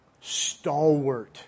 Stalwart